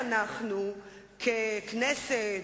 אתמול, שאלתי: מה רוצה לעשות הקואליציה?